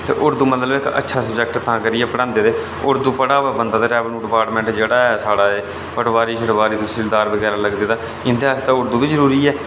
ते उर्दू मतलब इक अच्छा सबजैक्ट तां करियै पढ़ांदे ते उर्दू पढ़ा दा होऐ बंदा तां रैवन्यू डिपार्टमैंट जेह्ड़ा ऐ साढ़ा एह् पटवारी शटवारी तसीलदार बगैरा लगदे तां इं'दे आस्तै तै उर्दू बी जरूरी ऐ